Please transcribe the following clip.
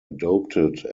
adopted